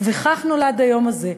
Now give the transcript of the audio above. וכך נולד היום הזה,